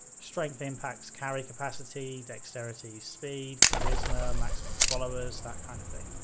strength impacts carry capacity, dexterity speed, charisma max followers, that kind of thing.